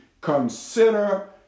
consider